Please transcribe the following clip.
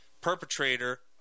perpetrator